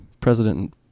president